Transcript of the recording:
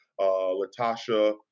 Latasha